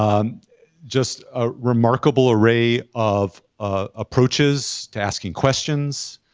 um just a remarkable array of ah approaches to asking questions,